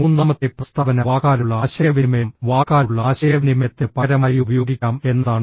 മൂന്നാമത്തെ പ്രസ്താവന വാക്കാലുള്ള ആശയവിനിമയം വാക്കാലുള്ള ആശയവിനിമയത്തിന് പകരമായി ഉപയോഗിക്കാം എന്നതാണ്